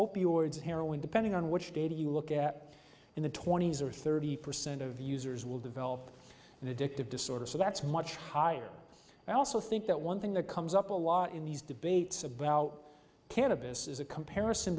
ids heroin depending on which data you look at in the twenty's or thirty percent of users will develop an addictive disorder so that's much higher i also think that one thing that comes up a lot in these debates about cannabis is a comparison